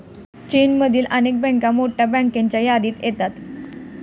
चीनमधील अनेक बँका मोठ्या बँकांच्या यादीत येतात